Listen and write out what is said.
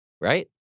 right